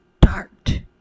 dart